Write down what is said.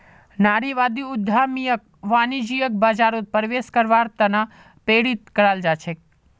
नारीवादी उद्यमियक वाणिज्यिक बाजारत प्रवेश करवार त न प्रेरित कराल जा छेक